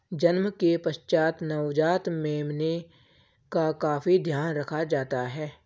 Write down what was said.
जन्म के पश्चात नवजात मेमने का काफी ध्यान रखा जाता है